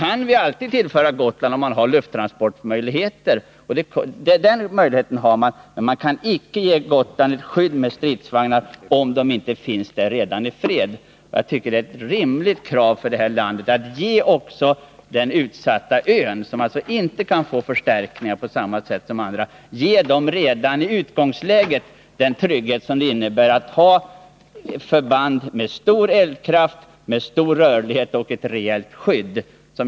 Vi kan alltid tillföra Gotland robotar om vi har lufttransportmöjligheter— det går. Men vi kan troligen icke ge Gotland ett skydd med stridsvagnar om de inte finns där redan i fred. Och jag tycker det är ett rimligt krav för det här landet att ge denna utsatta ö, som alltså inte kan få förstärkning på samma sätt som andra områden i landet, redan i utgångsläget den trygghet som det innebär att ha förband med stor eldkraft, stor rörlighet och rejält skydd.